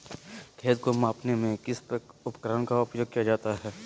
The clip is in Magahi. खेत को मापने में किस उपकरण का उपयोग किया जाता है?